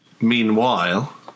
Meanwhile